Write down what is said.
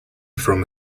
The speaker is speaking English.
from